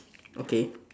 okay